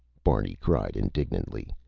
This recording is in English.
barney cried indignantly.